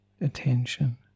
attention